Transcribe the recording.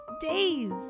days